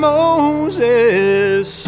Moses